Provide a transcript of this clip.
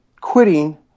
quitting